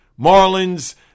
Marlins